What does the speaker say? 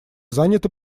заняты